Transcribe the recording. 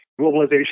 globalization